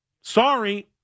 Sorry